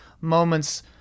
moments